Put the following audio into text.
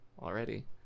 already